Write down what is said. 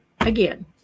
again